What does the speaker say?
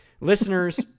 listeners